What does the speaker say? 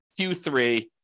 Q3